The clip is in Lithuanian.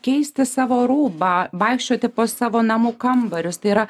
keisti savo rūbą vaikščioti po savo namų kambarius tai yra